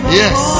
yes